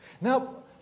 Now